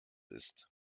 ist